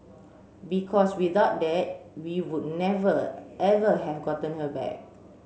because without that we would never ever have gotten her back